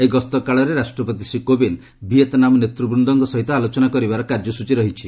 ଏହି ଗସ୍ତକାଳରେ ରାଷ୍ଟ୍ରପତି ଶ୍ରୀ କୋବିନ୍ଦ୍ ଭିଏତ୍ନାମ୍ ନେତୂବୃନ୍ଦଙ୍କ ସହିତ ଆଲୋଚନା କରିବାର କାର୍ଯ୍ୟସ୍ଟଚୀ ରହିଛି